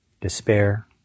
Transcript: despair